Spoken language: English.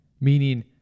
Meaning